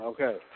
Okay